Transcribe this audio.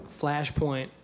flashpoint